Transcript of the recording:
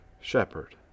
shepherd